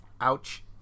ouch